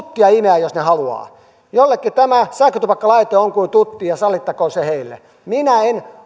tuttia imeä jos he haluavat joillekin tämä sähkötupakkalaite on kuin tutti ja sallittakoon se heille minä en